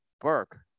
Burke